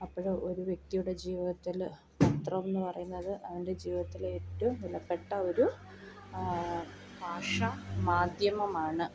അപ്പോൾ ഒരു വ്യക്തിയുടെ ജീവിതത്തിൽ പത്രം എന്ന് പറയുന്നത് അവൻ്റെ ജീവിതത്തിലെ ഏറ്റവും വിലപ്പെട്ട ഒരു ഭാഷ മാധ്യമമാണ്